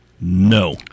No